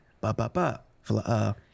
ba-ba-ba